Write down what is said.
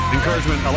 Encouragement